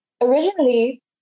originally